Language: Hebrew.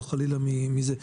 לא חלילה מזה.